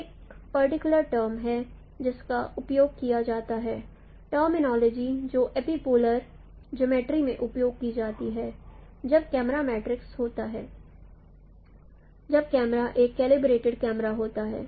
एक और particular term है जिसका उपयोग किया जाता है टर्मिनोलॉजी जो एपिपोलर जियोमर्ट्री में उपयोग की जाती है जब कैमरा मैट्रिक्स होता है जब कैमरा एक कैलिब्रेटेड कैमरा होता है